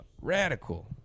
Radical